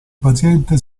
paziente